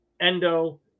Endo